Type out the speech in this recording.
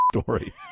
story